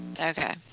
Okay